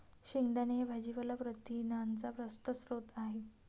शेंगदाणे हे भाजीपाला प्रथिनांचा स्वस्त स्रोत आहे